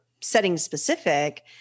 setting-specific